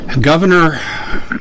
Governor